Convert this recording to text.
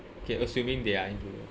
okay assuming they are in